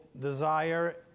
desire